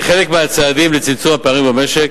כחלק מהצעדים לצמצום הפערים במשק,